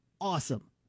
Awesome